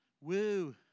Woo